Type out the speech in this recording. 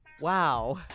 Wow